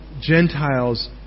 Gentiles